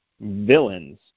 villains